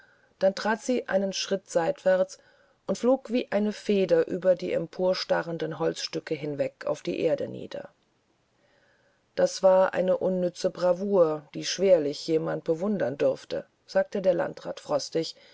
dann trat sie einen schritt seitwärts und flog wie eine feder über die emporstarrenden holzstücke hinweg auf die erde nieder das war eine unnütze bravour die schwerlich jemand bewundern dürfte sagte der landrat frostig